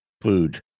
food